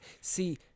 See